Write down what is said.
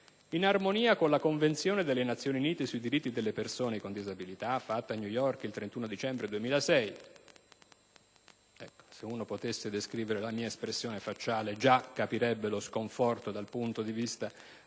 «In armonia con la Convenzione delle Nazioni Unite sui diritti delle persone con disabilità, fatta a New York il 13 dicembre 2006» - se si potesse descrivere appieno la mia espressione facciale già si capirebbe lo sconforto dal punto di vista sia legale